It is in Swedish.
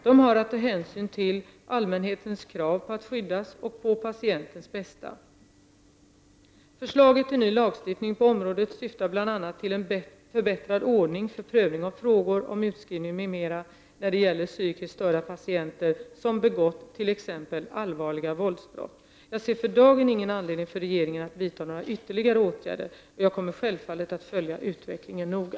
De har att ta hänsyn till allmänhetens krav på att skyddas och patientens bästa. Förslaget till ny lagstiftning på området syftar bl.a. till en förbättrad ordning för prövning av frågor om utskrivning m.m. när det gäller psykiskt störda patienter som begått t.ex. allvarliga våldsbrott. Jag ser för dagen ingen anledning för regeringen att vidta några ytterligare åtgärder. Jag kommer självfallet att följa utvecklingen noga.